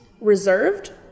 reserved